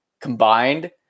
combined